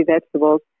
vegetables